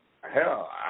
hell